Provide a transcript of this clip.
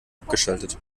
abgeschaltet